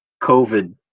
COVID